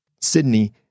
Sydney